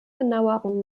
genaueren